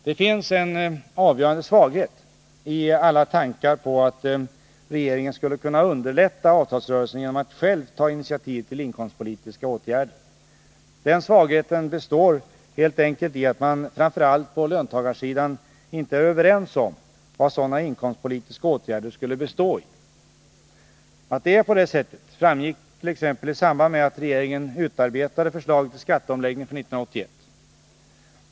Det finns en avgörande svaghet i alla tankar på att regeringen skulle kunna underlätta avtalsrörelsen genom att själv ta initiativ till inkomstpolitiska åtgärder. Den svagheten består helt enkelt i att man framför allt på löntagarsidan inte är överens om vad sådana inkomstpolitiska åtgärder skulle bestå i. Att det är på det sättet framgick t.ex. i samband med att regeringen utarbetade förslaget till skatteomläggning för 1981.